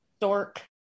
dork